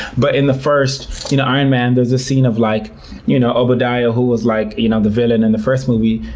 but in the first you know iron man, there's this scene of like you know obadiah who was like you know the villain in the first movie,